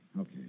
Okay